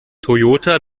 toyota